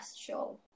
show